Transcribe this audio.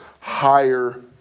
higher